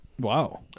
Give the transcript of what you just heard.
Wow